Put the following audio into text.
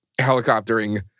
helicoptering